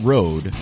Road